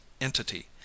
entity